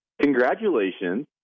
congratulations